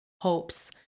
hopes